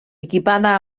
equipada